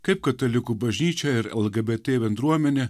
kaip katalikų bažnyčia ir lgbt bendruomenė